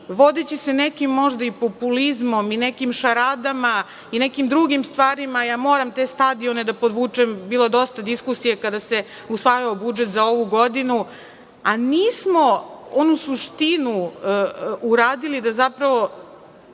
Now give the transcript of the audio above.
vodeći se nekim možda i populizmom i nekim šaradama i nekim drugim stvarima, ja moram te stadione da podvučem, bilo je dosta diskusije kada se usvajao budžet za ovu godinu, a nismo onu suštinu uradili, da zapravo